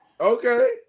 Okay